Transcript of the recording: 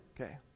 okay